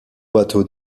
bateaux